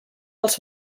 els